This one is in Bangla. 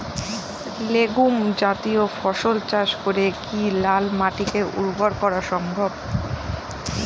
লেগুম জাতীয় ফসল চাষ করে কি লাল মাটিকে উর্বর করা সম্ভব?